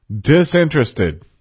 disinterested